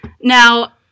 Now